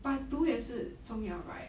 but 读也是重要 right